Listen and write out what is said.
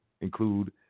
include